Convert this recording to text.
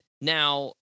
Now